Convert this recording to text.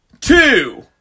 two